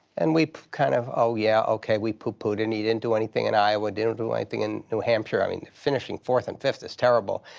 and we kind of oh, yes, yeah ok. we pooh-poohed. and he didn't do anything in iowa, didn't do anything in new hampshire. i mean, finishing fourth and fifth is terrible.